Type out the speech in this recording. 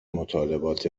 مطالبات